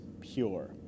pure